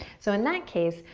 so in that case,